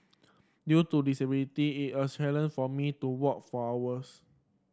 due to disability it a challenge for me to walk for hours